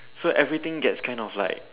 so everything gets kind of like